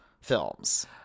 films